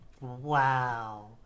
Wow